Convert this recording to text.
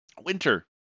winter